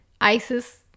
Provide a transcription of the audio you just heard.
ISIS